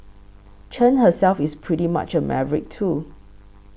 Chen herself is pretty much a maverick too